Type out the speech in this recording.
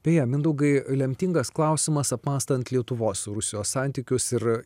beje mindaugai lemtingas klausimas apmąstant lietuvos ir rusijos santykius ir